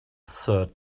third